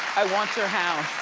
i want you house.